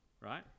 right